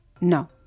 No